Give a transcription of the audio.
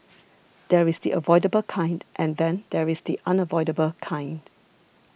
there is the avoidable kind and then there is the unavoidable kind